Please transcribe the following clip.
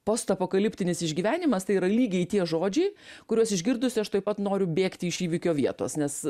postapokaliptinis išgyvenimas tai yra lygiai tie žodžiai kuriuos išgirdusi aš taip pat noriu bėgti iš įvykio vietos nes